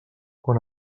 quan